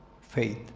Faith